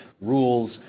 rules